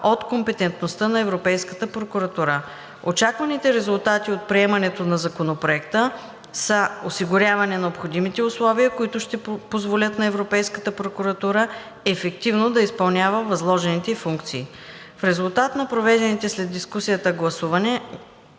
от компетентността на Европейската прокуратура. Очакваните резултати от приемането на Законопроекта са осигуряване на необходимите условия, които ще позволят на Европейската прокуратура ефективно да изпълнява възложените й функции. В резултат на проведеното след дискусията гласуване